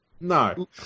No